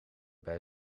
bij